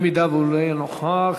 אם לא יהיה נוכח,